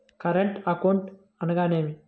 Current account అనగా ఏమిటి?